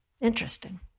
Interesting